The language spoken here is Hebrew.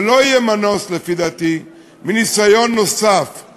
ולא יהיה מנוס, לפי דעתי, מניסיון נוסף;